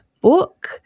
book